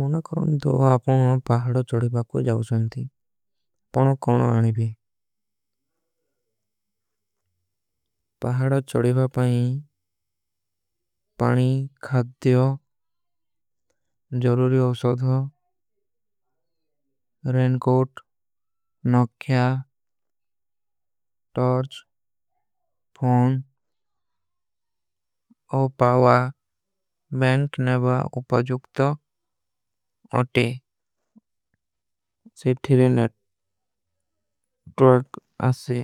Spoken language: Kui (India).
ମୁନ କରଣ ଦୋ ଆପନେ ପହାଡୋ ଚଡିବା କୋ ଜାଉସେଂଥୀ ପନୋ। କୌନୋ ଆନେଭୀ ପହାଡୋ ଚଡିବା ପାଇଁ ପାନୀ ଖାତ୍ଦିଯୋ ଜରୂରୀ। ଅଫସୋଧୋ, ରେନକୋଟ, ନକ୍ଯା, ଟର୍ଚ, ଫୌନ ଔପାଵା। ବେଂକ ନଵା ଉପାଜୁକ୍ତ ଅଟେ ସେ ଠୀରେ ନଟ ଟର୍ଚ ଆସେ